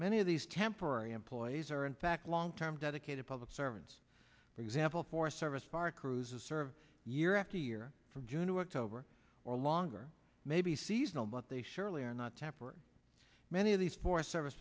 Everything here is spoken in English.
many of these temporary employees are in fact long term dedicated public servants for example for service fire crews of serve year after year from june to october or longer maybe seasonal but they surely are not temporary many of these for service